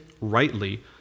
rightly